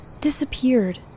disappeared